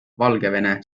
valgevene